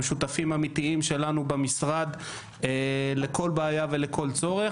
שותפים אמיתיים שלנו במשרד לכל בעיה ולכל צורך.